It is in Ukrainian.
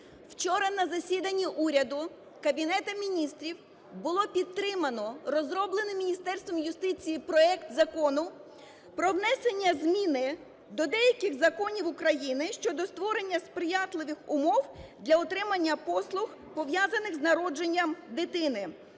Вчора на засіданні уряду, Кабінету Міністрів, було підтримано розроблений Міністерством юстиції проект Закону про внесення зміни до деяких законів України щодо створення сприятливих умов для отримання послуг, пов'язаних з народженням дитини,